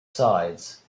sides